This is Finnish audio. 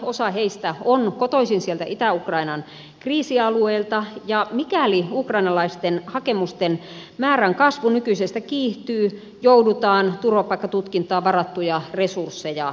osa heistä on kotoisin sieltä itä ukrainan kriisialueilta ja mikäli ukrainalaisten hakemusten määrän kasvu nykyisestä kiihtyy joudutaan turvapaikkatutkintaan varattuja resursseja kasvattamaan